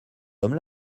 homme